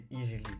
easily